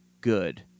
good